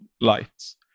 lights